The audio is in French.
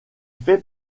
fait